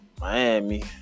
Miami